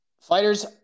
fighters